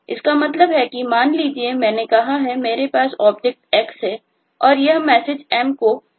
इसका मतलब है कि मान लीजिए कि मैंने कहा है मेरे पास ऑब्जेक्ट X है और यह मैसेज M को ऑब्जेक्ट Y पर भेजता है